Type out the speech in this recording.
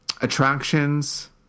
Attractions